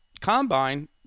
Combine